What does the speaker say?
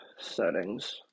Settings